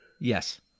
Yes